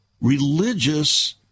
religious